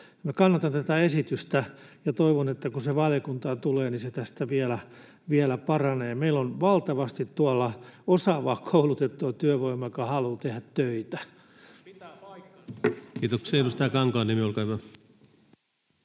Kannatan tätä esitystä, ja toivon, että kun se valiokuntaan tulee, niin se tästä vielä paranee. Meillä on tuolla valtavasti osaavaa, koulutettua työvoimaa, joka haluaa tehdä töitä. [Tuomas Kettunen: Pitää paikkansa, hyvä